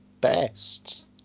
best